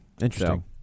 Interesting